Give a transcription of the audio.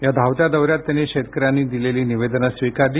या धावत्या दौर्यात त्यांनी शेतकऱ्यांनी दिलेले निवेदने स्वीकारली